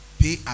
pay